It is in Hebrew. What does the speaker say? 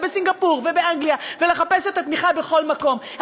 בסינגפור ובאנגליה ולחפש את התמיכה בכל מקום,